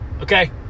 Okay